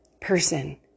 person